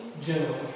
general